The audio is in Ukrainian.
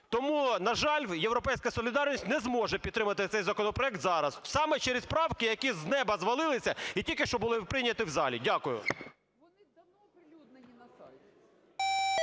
Тому, на жаль, "Європейська солідарність" не зможе підтримати цей законопроект зараз саме через правки, які з неба звалились і тільки що були прийняті в залі. Дякую.